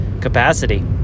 capacity